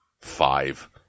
five